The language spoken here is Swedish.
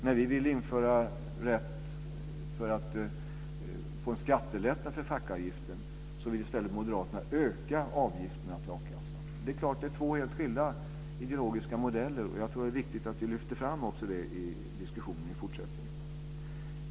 När vi vill införa rätten att få en skattelättnad för fackavgiften vill i stället moderaterna öka avgifterna till a-kassan. Det är klart att det är två helt skilda ideologiska modeller, och jag tror att det är viktigt att vi också lyfter fram det i diskussionen i fortsättningen.